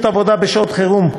53. חוק שירות עבודה בשעת חירום,